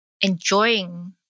enjoying